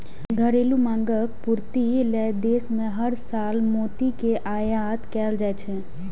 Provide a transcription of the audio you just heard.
घरेलू मांगक पूर्ति लेल देश मे हर साल मोती के आयात कैल जाइ छै